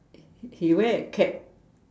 he wear a cap